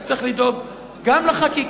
אז צריך לדאוג גם לחקיקה,